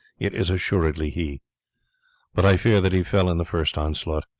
it is assuredly he but i fear that he fell in the first onslaught.